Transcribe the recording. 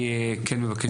אני כן מבקש,